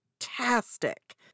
Fantastic